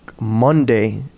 Monday